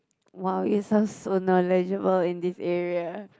!wow! you sound so knowledgeable in this area